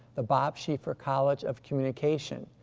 the bob schieffer college of communication,